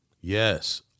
Yes